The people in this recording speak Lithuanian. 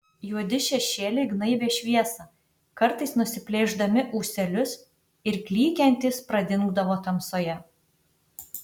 juodi šešėliai gnaibė šviesą kartais nusiplėšdami ūselius ir klykiantys pradingdavo tamsoje